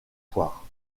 poire